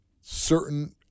certain